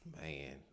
man